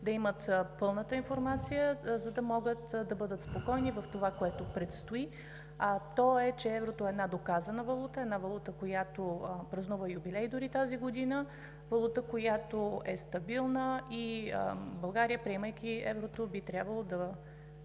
да имат пълната информация, да могат да бъдат спокойни в това, което предстои, а то е, че еврото е една доказана валута, една валута, която дори празнува юбилей тази година, валута, която е стабилна, и България, приемайки еврото, би трябвало да